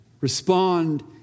respond